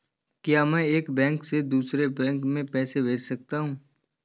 क्या मैं एक बैंक से दूसरे बैंक में पैसे भेज सकता हूँ?